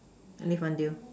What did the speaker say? any fun deal